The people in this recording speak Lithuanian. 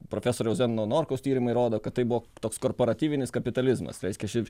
profesoriaus zenono norkaus tyrimai rodo kad tai buvo toks korporatyvinis kapitalizmas reiškia